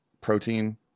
protein